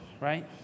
right